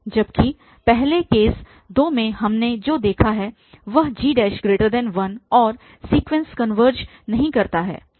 जबकि पहले केस 2 में हमने जो देखा है वह g1 और सीक्वेन्स कनवर्ज नहीं करता है